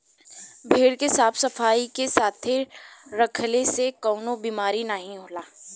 भेड़ के साफ सफाई के साथे रखले से कउनो बिमारी नाहीं होला